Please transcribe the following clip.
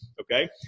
Okay